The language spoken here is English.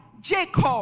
Jacob